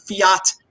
fiat